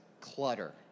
clutter